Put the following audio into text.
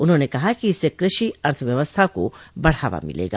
उन्होंने कहा कि इससे कृषि अर्थव्यवस्था को बढ़ावा मिलेगा